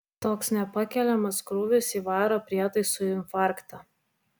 toks nepakeliamas krūvis įvaro prietaisui infarktą